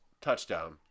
touchdown